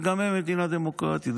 וגם הם מדינה דמוקרטית.